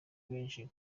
benshi